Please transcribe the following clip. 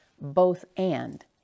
both-and